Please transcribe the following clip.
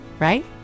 right